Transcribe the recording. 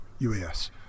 UAS